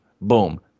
boom